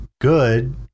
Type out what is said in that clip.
good